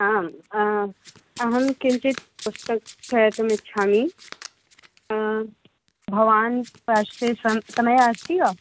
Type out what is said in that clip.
आम् अहं किञ्चित् पुस्तक क्रयतुम् इच्छामि भवान् पाश्वे समय समयः अस्ति वा